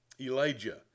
Elijah